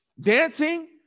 Dancing